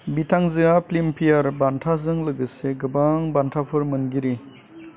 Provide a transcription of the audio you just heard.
बिथांजोआ फिल्मफेयार बान्थाजों लोगोसे गोबां बान्थाफोर मोनगिरि